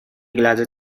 لحظه